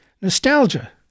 nostalgia